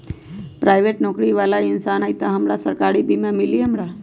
Private नौकरी बाला इंसान हई त हमरा सरकारी बीमा मिली हमरा?